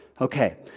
Okay